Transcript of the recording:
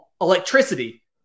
electricity